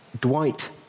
Dwight